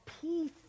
peace